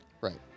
Right